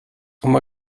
uma